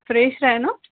fresh आहे ना